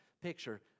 Picture